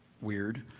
weird